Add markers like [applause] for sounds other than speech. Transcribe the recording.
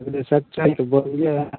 [unintelligible]